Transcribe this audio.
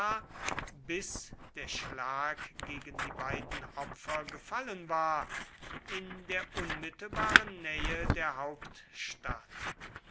bis der schlag gegen die beiden opfer gefallen war in der unmittelbaren nähe der hauptstadt